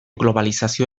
globalizazio